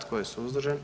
Tko je suzdržan?